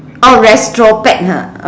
orh retrospect ha